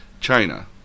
China